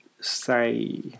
say